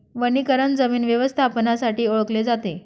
वनीकरण जमीन व्यवस्थापनासाठी ओळखले जाते